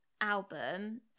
album